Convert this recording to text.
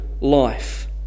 life